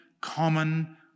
common